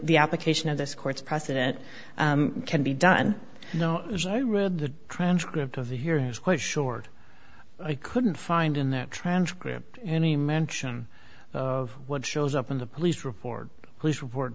the application of this court's precedent can be done you know as i read the transcript of the here is quite short i couldn't find in the transcript any mention of what shows up in the police report police report